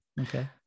okay